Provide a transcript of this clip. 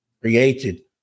created